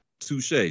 Touche